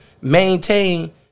Maintain